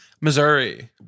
Missouri